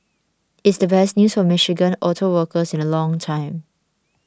it's the best news for Michigan auto workers in a long time